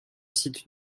site